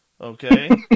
okay